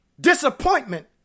Disappointment